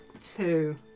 Two